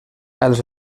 els